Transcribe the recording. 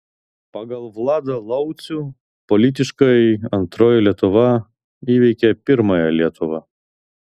pagal vladą laucių politiškai antroji lietuva įveikia pirmąją lietuvą